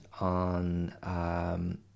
on